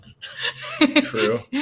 true